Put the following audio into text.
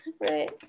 right